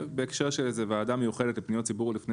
בהקשר של איזה ועדה מיוחדת של פניות ציבור לפני